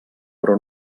però